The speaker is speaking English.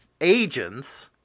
agents